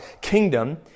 kingdom